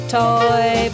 toy